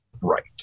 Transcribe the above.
right